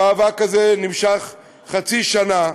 המאבק הזה נמשך חצי שנה,